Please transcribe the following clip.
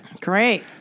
great